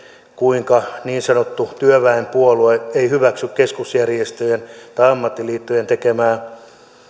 kuinka niin sanottu työväenpuolue ei hyväksy keskusjärjestöjen tai ammattiliittojen tekemää